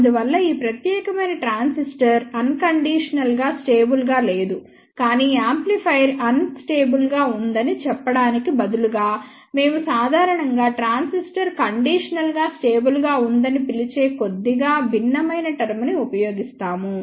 అందువల్ల ఈ ప్రత్యేకమైన ట్రాన్సిస్టర్ అన్ కండీషనల్ గా స్టేబుల్ గా లేదు కానీ యాంప్లిఫైయర్ అన్ స్టేబుల్ గా ఉందని చెప్పడానికి బదులుగా మేము సాధారణంగా ట్రాన్సిస్టర్ కండీషనల్ గా స్టేబుల్ గా ఉందని పిలిచే కొద్దిగా భిన్నమైన టర్మ్ ని ఉపయోగిస్తాము